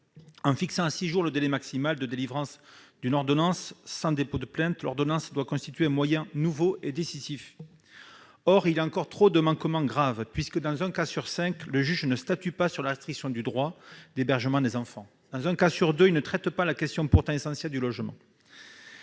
En fixant à six jours le délai maximal de délivrance d'une ordonnance sans dépôt de plainte, l'ordonnance doit constituer un moyen nouveau et décisif. Or il y a encore trop de manquements graves, puisque, dans un cas sur cinq, le juge ne statue pas sur la restriction du droit d'hébergement des enfants, et, dans un cas sur deux, il ne traite pas de la question pourtant essentielle du logement.